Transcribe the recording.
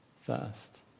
first